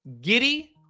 Giddy